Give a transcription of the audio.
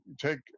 take